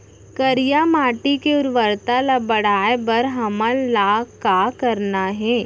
करिया माटी के उर्वरता ला बढ़ाए बर हमन ला का करना हे?